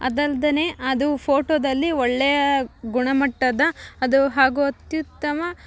ಅದಲ್ಲದೇನೆ ಅದು ಫೋಟೋದಲ್ಲಿ ಒಳ್ಳೆಯ ಗುಣಮಟ್ಟದ ಅದು ಹಾಗೂ ಅತ್ಯುತ್ತಮ